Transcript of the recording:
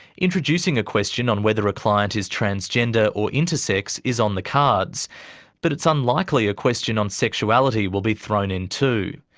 introducing a question on whether a client is transgender or intersex is on the cards but it's unlikely a question on sexuality will be thrown in too.